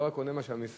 שלא רק עונה מה שהמשרד,